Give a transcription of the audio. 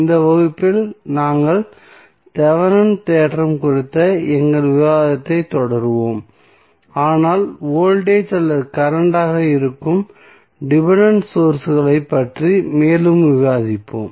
இந்த வகுப்பில் நாங்கள் தெவெனின் தேற்றம் குறித்த எங்கள் விவாதத்தைத் தொடருவோம் ஆனால் வோல்டேஜ் அல்லது கரண்ட் ஆக இருக்கும் டிபென்டென்ட் சோர்ஸ்களைப் பற்றி மேலும் விவாதிப்போம்